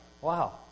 Wow